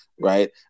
right